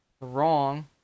wrong